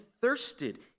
thirsted